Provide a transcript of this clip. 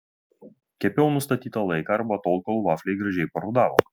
kepiau nustatytą laiką arba tol kol vafliai gražiai parudavo